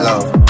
Love